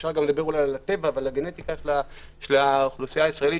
אפשר לדבר אולי על הטבע ועל הגנטיקה של האוכלוסייה הישראלית,